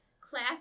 class